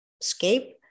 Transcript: escape